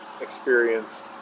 experience